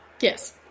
Yes